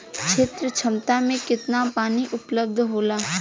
क्षेत्र क्षमता में केतना पानी उपलब्ध होला?